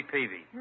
Peavy